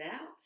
out